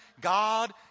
God